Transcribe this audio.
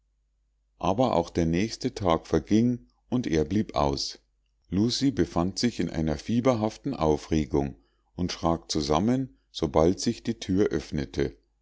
aber auch der nächste tag verging und er blieb aus lucie befand sich in einer fieberhaften aufregung und schrak zusammen sobald sich die thür öffnete